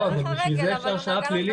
בשביל זה יש הרשעה פלילית.